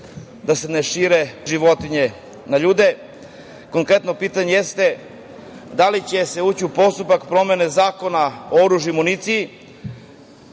da se ne šire od životinje na ljude. Konkretno pitanje jeste – da li će se ući u postupak promene Zakona o oružju i municiji